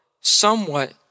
somewhat